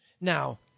Now